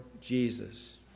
Jesus